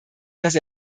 dass